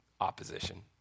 opposition